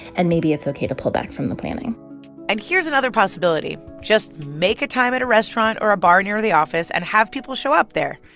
and maybe it's okay to pull back from the planning and here's another possibility. just make a time at a restaurant or a bar near the office and have people show up there.